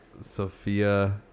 Sophia